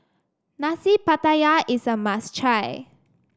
Nasi Pattaya is a must try